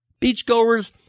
Beachgoers